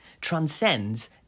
transcends